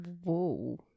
Whoa